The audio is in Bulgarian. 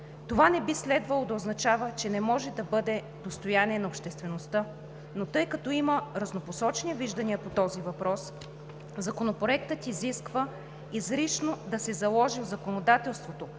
Това не би следвало да означава, че не може да бъде достояние на обществеността, но тъй като има разнопосочни виждания по този въпрос, Законопроектът изисква изрично да се заложи в законодателството